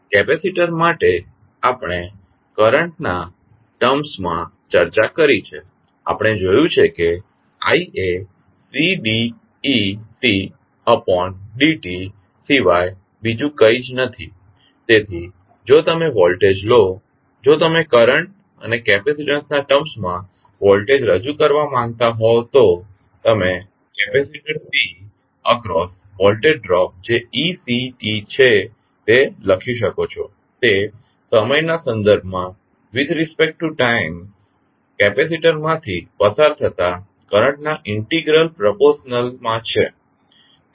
capacitor માટે આપણે કરંટના ટર્મ્સ માં ચર્ચા કરી છે આપણે જોયું છે કે i એ Cd eCd t સિવાય બીજું કંઈ જ નથી તેથી જો તમે વોલ્ટેજ લો જો તમે કરંટ અને કેપેસિટીન્સ ના ટર્મ્સમાં વોલ્ટેજ રજૂ કરવા માંગતા હો તો તમે capacitor C across voltage drop જે ect લખી શકો છો તે સમયના સંદર્ભ માં કેપેસિટરમાંથી પસાર થતા કરંટના ઇન્ટિગ્રલ પ્રપોર્શનલ માં છે